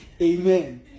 Amen